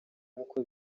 nkuko